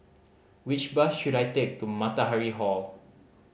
which bus should I take to Matahari Hall